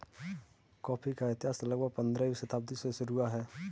coffee का इतिहास लगभग पंद्रहवीं शताब्दी से शुरू हुआ है